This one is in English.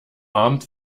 armed